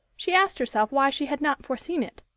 she asked herself why she had not foreseen it.